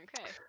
Okay